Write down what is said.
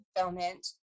fulfillment